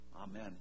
Amen